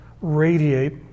radiate